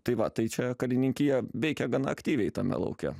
tai va tai čia karininkija veikė gana aktyviai tame lauke